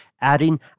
adding